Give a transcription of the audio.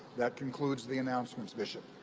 that concludes the announcements, bishop.